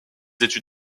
études